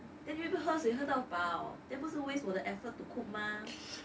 then you 会不会喝水喝到饱 then 不是 waste 我的 effort to cook 吗